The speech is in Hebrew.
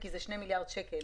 כי זה שני מיליארד שקל.